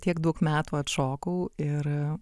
tiek daug metų atšokau ir